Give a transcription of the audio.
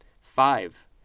Five